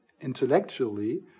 intellectually